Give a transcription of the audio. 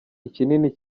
ikinini